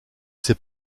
sais